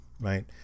right